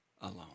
alone